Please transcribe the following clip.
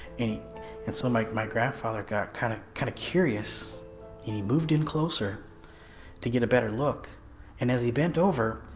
any and so like my grandfather got kind of kind of curious and he moved in closer to get a better look and as he bent over.